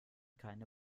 keine